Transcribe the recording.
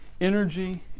energy